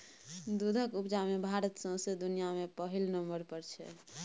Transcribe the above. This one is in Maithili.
दुधक उपजा मे भारत सौंसे दुनियाँ मे पहिल नंबर पर छै